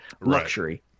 luxury